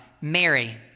Mary